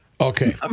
Okay